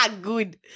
Good